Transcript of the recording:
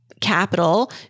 capital